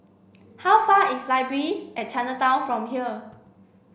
how far is Library at Chinatown from here